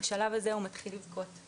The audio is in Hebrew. בשלב הזה הוא מתחיל לבכות.